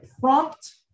prompt